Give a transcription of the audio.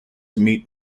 meet